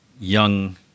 young